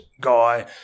guy